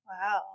Wow